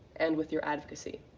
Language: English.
and with your advocacy.